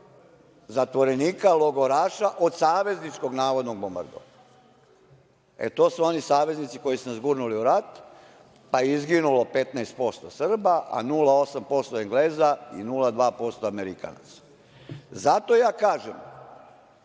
zatvorenika, logoraša, od savezničkog, navodno, bombardovanja. E, to su oni saveznici koji su nas gurnuli u rat, pa izginulo 15% Srba, 0,8% Engleza i 0,2% Amerikanaca. Zato ja kažem,